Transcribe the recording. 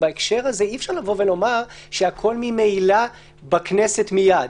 בהקשר הזה, אי-אפשר לומר שהכול ממילא בכנסת מייד.